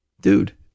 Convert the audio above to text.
Dude